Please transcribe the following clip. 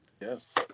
Yes